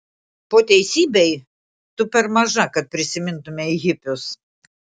po teisybei tu per maža kad prisimintumei hipius